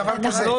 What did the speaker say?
בבקשה,